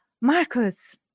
marcus